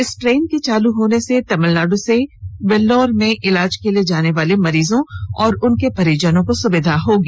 इस ट्रेन के चालू होने से तमिलनाडु के वेल्लोर में इलाज के लिए जाने वाले मरीजों और उनके परिजनों को सुविधा होगी